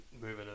moving